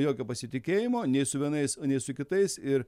jokio pasitikėjimo nei su vienais nei su kitais ir